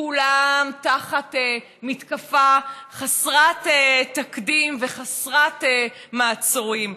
כולם תחת מתקפה חסרת תקדים וחסרת מעצורים.